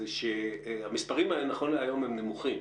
ה שהמספרים האלה נכון להיום הם נמוכים.